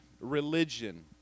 religion